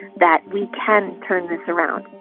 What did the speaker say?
that we can turn this around